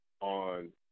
on